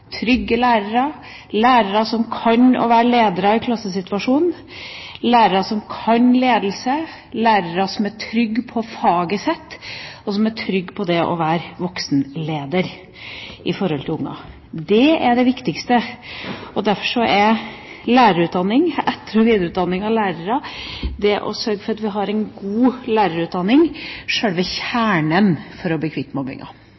trygge lærere, lærere som kan det å være ledere i klassesituasjonen, lærere som kan ledelse, lærere som er trygge på faget sitt, og som er trygge på det å være voksenleder i forhold til ungene, det er det viktigste. Derfor er lærerutdanning – etter- og videreutdanning av lærere, det å sørge for at vi har en god lærerutdanning – sjølve kjernen for å bli kvitt